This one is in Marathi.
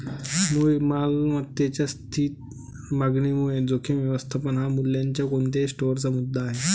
मूळ मालमत्तेच्या स्थिर मागणीमुळे जोखीम व्यवस्थापन हा मूल्याच्या कोणत्याही स्टोअरचा मुद्दा आहे